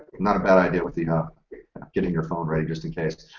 not bad idea with yeah getting your phone ready just in case.